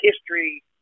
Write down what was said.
history